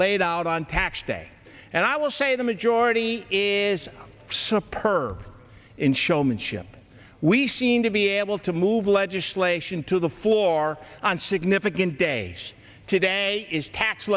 laid out on tax day and i will say the majority is some perv in showmanship we seem to be able to move legislation to the floor on significant days today is tax